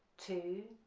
two,